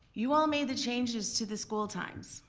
you all made the changes to the school times.